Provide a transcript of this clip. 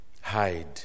Hide